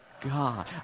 God